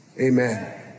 Amen